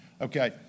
Okay